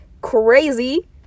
crazy